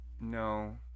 No